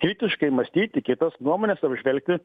kritiškai mąstyti kitas nuomones apžvelgti